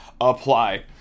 apply